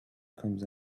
comes